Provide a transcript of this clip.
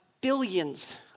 billions